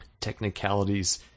technicalities